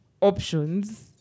options